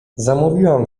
zamówiłam